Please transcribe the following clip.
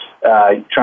trying